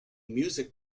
music